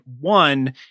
one